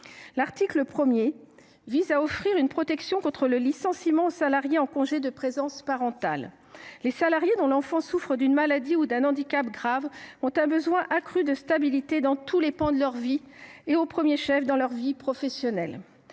L’article 1 vise à offrir une protection contre le licenciement aux salariés en congé de présence parentale. Les salariés dont l’enfant souffre d’une maladie ou d’un handicap graves ont un besoin accru de stabilité dans tous les pans de leur vie, au premier chef dans leur vie professionnelle.